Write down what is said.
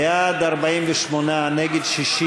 בעד, 48, נגד, 60,